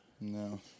No